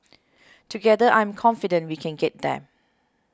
together I am confident we can get there